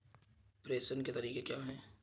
प्रेषण के तरीके क्या हैं?